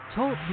Talk